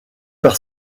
par